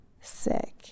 sick